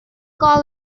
call